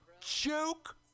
Joke